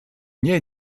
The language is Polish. nie